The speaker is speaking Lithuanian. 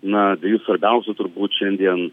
na dviejų svarbiausių turbūt šiandien